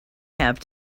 have